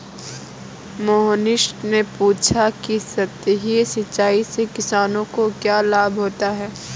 मोहनीश ने पूछा कि सतही सिंचाई से किसानों को क्या लाभ होता है?